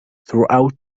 throughout